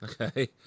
okay